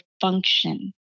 function